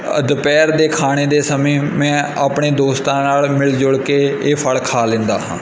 ਦੁਪਹਿਰ ਦੇ ਖਾਣੇ ਦੇ ਸਮੇਂ ਮੈਂ ਆਪਣੇ ਦੋਸਤਾਂ ਨਾਲ ਮਿਲ ਜੁਲ ਕੇ ਇਹ ਫ਼ਲ ਖਾ ਲੈਂਦਾ ਹਾਂ